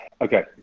okay